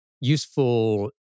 useful